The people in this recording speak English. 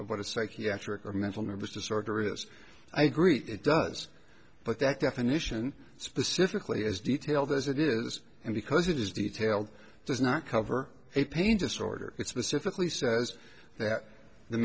of what a psychiatric or mental numbers disorder is i greet it does but that definition specifically as detailed as it is and because it is detailed does not cover a pain disorder its pacifically says that the